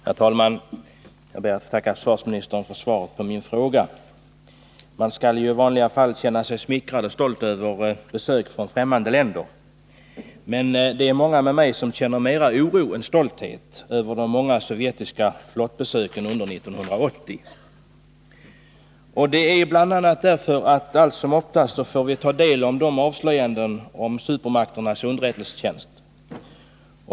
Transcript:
Herr talman! Jag ber att få tacka försvarsministern för svaret på min fråga. Man skall i vanliga fall känna sig smickrad och stolt över besök från främmande länder. Men det är många med mig som känner mera av oro än stolthet över de många sovjetiska flottbesöken under 1980. Anledningen till den känslan är bl.a. att vi allt som oftast får ta del av avslöjanden om supermakternas underrättelsetjänst.